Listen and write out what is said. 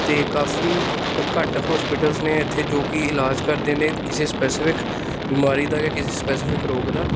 ਅਤੇ ਕਾਫੀ ਘੱਟ ਹੋਸਪਿਟਲਜ਼ ਨੇ ਇੱਥੇ ਜੋ ਕਿ ਇਲਾਜ ਕਰਦੇ ਨੇ ਕਿਸੇ ਸਪੈਸੀਫਿਕ ਬਿਮਾਰੀ ਦਾ ਜਾਂ ਕਿਸੇ ਸਪੈਸੀਫਿਕ ਰੋਗ ਦਾ